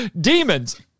demons